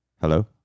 Hello